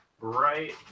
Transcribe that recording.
right